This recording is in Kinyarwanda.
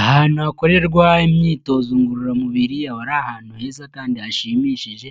Ahantu hakorerwa imyitozo ngororamubiri ari ahantu heza kandi hashimishije